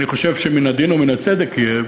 אני חושב שמן הדין ומן הצדק יהיה